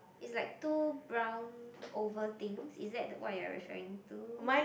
is like two brown oval things is that what you are referring to